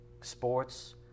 sports